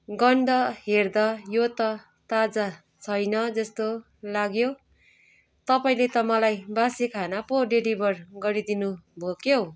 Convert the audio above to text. गन्ध हेर्दा यो त ताजा छैन जस्तो लाग्यो तपाईँले त मलाई बासी खाना पो डेलिभर गरिदिनु भयो क्या हो